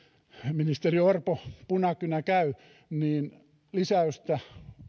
ministeri orpon punakynä käy lisäystä